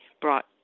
brought